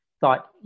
thought